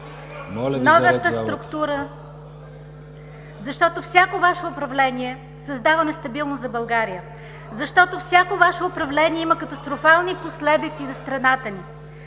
новата структура, защото всяко Ваше управление създава нестабилност за България; защото всяко Ваше управление има катастрофални последици за страната ни.